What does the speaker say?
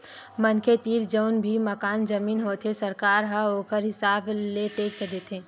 मनखे तीर जउन भी मकान, जमीन होथे सरकार ह ओखर हिसाब ले टेक्स लेथे